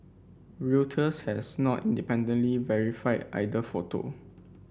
Reuters has not independently verified either photo